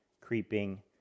creeping